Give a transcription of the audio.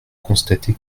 constater